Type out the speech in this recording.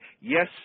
yes